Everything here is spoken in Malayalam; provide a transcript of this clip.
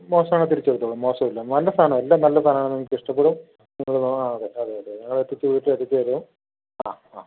മോശമാണേൽ തിരിച്ച് അയച്ചുകൊള്ളൂ മോശമല്ല നല്ല സാധനമാണ് എല്ലാം നല്ല സാധനമാണ് നിങ്ങൾക്കിഷ്ടപ്പെടും ആ അതെ അതേയതെ ഞങ്ങളത് കൃത്യമായിട്ട് എത്തിച്ചു തരും അ ആ